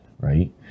Right